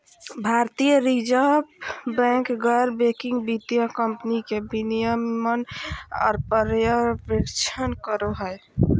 भारतीय reserve bank गैर banking वित्तीय कम्पनी के विनियमन आर पर्यवेक्षण करो हय